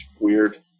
weird